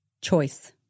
Choice